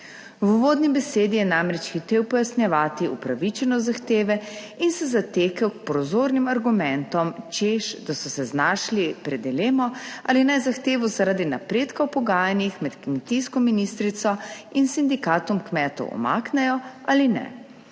V uvodni besedi je namreč hotel pojasnjevati upravičenost zahteve in se zatekel k prozornim argumentom, češ da so se znašli pred dilemo ali naj zahtevo zaradi napredka v pogajanjih med kmetijsko ministrico in sindikatom kmetov umaknejo ali ne.